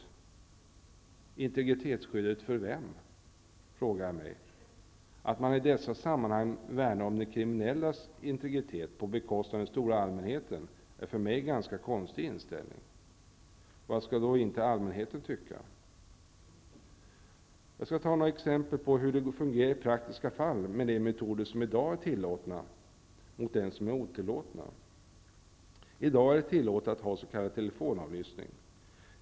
Vems integritetsskydd, frågar jag mig. Att man i dessa sammanhang värnar om de kriminellas integritet på bekostnad av den stora allmänheten är för mig en ganska konstig inställning. Vad skall då inte allmänheten tycka? Jag skall ge några exempel på hur det fungerar i praktiska fall med de metoder som i dag är tillåtna. I dag är det tillåtet att ha s.k. telefonavlyssning.